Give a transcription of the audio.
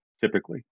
Typically